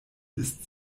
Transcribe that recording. ist